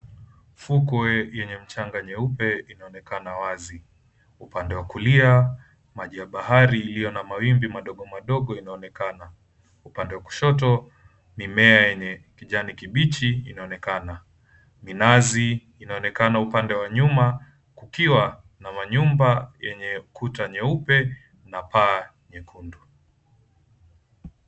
Fukwe yenye mchanga nyeupe inaonekana wazi. Upande wa kulia, maji ya bahari iliyo na mawimbi madogomadogo inaonekana. Upande wa kushoto, mimea yenye kijani kibichi inaonekana. Minazi inaonekana upande wa nyuma kukiwa na manyumba yenye kuta nyeupe na paa nyekundu.